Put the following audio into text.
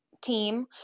team